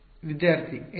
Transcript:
ವಿದ್ಯಾರ್ಥಿ ಎಕ್ಸ್